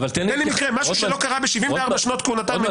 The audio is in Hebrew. תן לי מקרה, משהו שלא קרה ב-74 שנות המדינה.